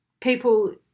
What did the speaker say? people